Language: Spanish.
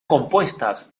compuestas